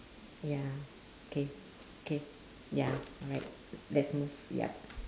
ya K K ya alright let's move yup